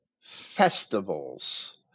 festivals